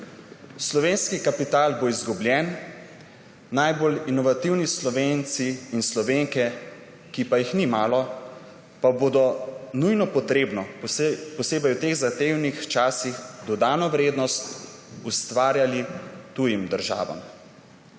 Slovenski kapital bo izgubljen, najbolj inovativni Slovenci in Slovenke, ki jih ni malo, pa bodo nujno potrebno, posebej v teh zahtevnih časih, dodano vrednost ustvarjali tujim državam.